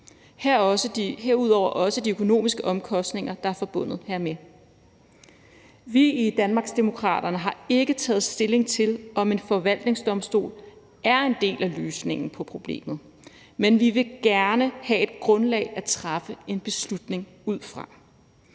herudover også de økonomiske omkostninger, der er forbundet hermed. Vi i Danmarksdemokraterne har ikke taget stilling til, om en forvaltningsdomstol er en del af løsningen på problemet, men vi vil gerne have et grundlag at træffe en beslutning på.